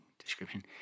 description